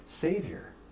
Savior